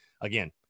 Again